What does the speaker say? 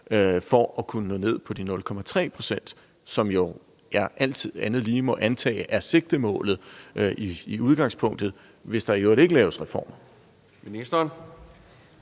for at kunne nå ned på de 0,3 pct., som jeg jo alt andet lige må antage er sigtemålet i udgangspunktet, hvis der i øvrigt ikke laves reformer?